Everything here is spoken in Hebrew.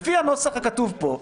לפי הנוסח הכתוב פה,